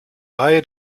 reihe